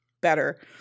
better